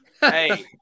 Hey